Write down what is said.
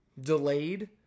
delayed